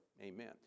amen